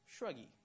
shruggy